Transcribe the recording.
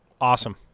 Awesome